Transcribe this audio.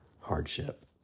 hardship